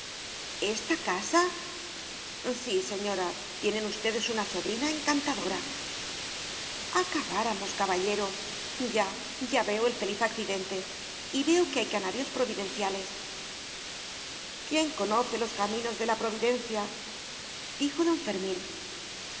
esta casa sí señora tienen ustedes una sobrina encantadora acabáramos caballero ya ya veo el feliz accidente y veo que hay canarios providenciales quién conoce los caminos de la providencia dijo don fermín